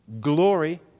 glory